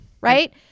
Right